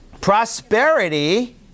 Prosperity